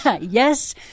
Yes